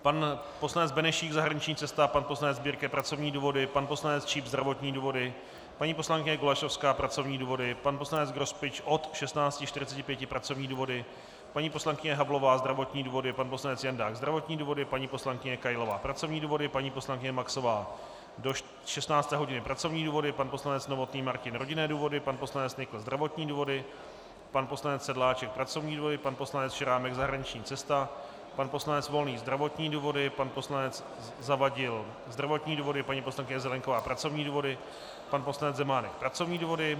Pan poslanec Benešík zahraniční cesta, pan poslanec Birke pracovní důvody, pan poslanec Číp zdravotní důvody, paní poslankyně Golasowská pracovní důvody, pan poslanec Grospič od 16.45 pracovní důvody, paní poslankyně Havlová zdravotní důvody, pan poslanec Jandák zdravotní důvody, paní poslankyně Kailová pracovní důvody, paní poslankyně Maxová do 16. hodiny pracovní důvody, pan poslanec Novotný Martin rodinné důvody, pan poslanec Nykl zdravotní důvody, pan poslanec Sedláček pracovní důvody, pan poslanec Šrámek zahraniční cesta, pan poslanec Volný zdravotní důvody, pan poslanec Zavadil zdravotní důvody, paní poslankyně Zelienková pracovní důvody, pan poslanec Zemánek pracovní důvody.